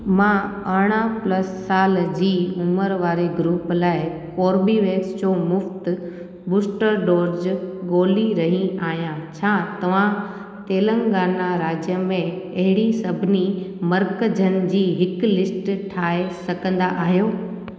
मां अरड़हं प्लस साल जी उमिरि वारे ग्रूप लाइ कोर्बीवेक्स जो मुफ़्ति बूस्टर डोज ॻोली रही आहियां छा तव्हां तेलंगाना राज्य में अहिड़ी सभिनी मर्कज़नि जी हिकु लिस्ट ठाहे सघंदा आहियो